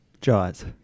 Jaws